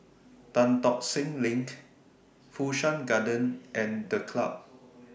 Tan Tock Seng LINK Fu Shan Garden and The Club